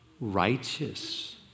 righteous